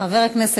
חבר הכנסת